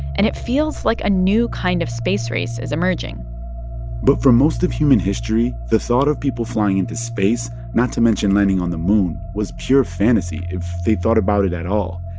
and it feels like a new kind of space race is emerging but for most of human history, the thought of people flying into space not to mention landing on the moon was pure fantasy, if they thought about it at all.